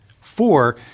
Four